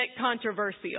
controversial